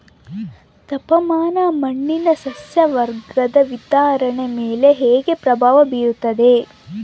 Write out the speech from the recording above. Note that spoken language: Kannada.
ತಾಪಮಾನ ಮಣ್ಣಿನ ಸಸ್ಯವರ್ಗದ ವಿತರಣೆಯ ಮೇಲೆ ಹೇಗೆ ಪ್ರಭಾವ ಬೇರುತ್ತದೆ?